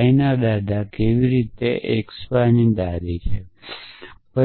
y ના દાદા કેવી રીતે x y ની દાદી છો